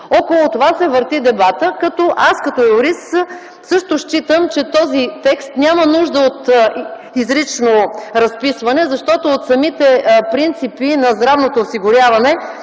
Около това се върти дебатът. Аз като юрист също считам, че този текст няма нужда от изрично разписване, защото от самите принципи на здравното осигуряване